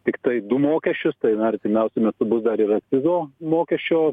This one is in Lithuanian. tiktai du mokesčius tai na artimiausiu metu bus dar ir akcizo mokesčio